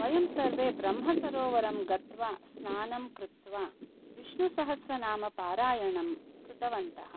वयं सर्वे ब्रह्मसरोवरं गत्वा स्नानं कृत्वा विष्णुसहस्रनामपारायणं कृतवन्तः